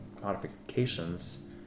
modifications